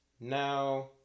Now